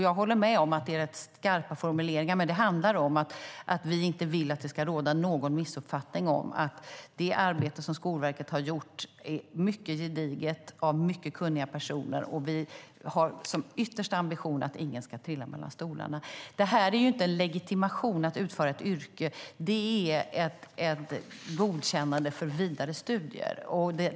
Jag håller med om att det är rätt skarpa formuleringar, men det handlar om att vi inte vill att det ska råda någon missuppfattning. Det arbete som Skolverket har gjort är mycket gediget. Det är gjort av mycket kunniga personer. Och vi har som yttersta ambition att ingen ska trilla mellan stolarna. Det här är inte en legitimation för att man ska kunna utföra ett yrke. Det är ett godkännande för vidare studier.